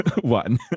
one